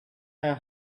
her